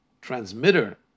transmitter